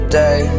day